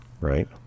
Right